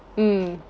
mm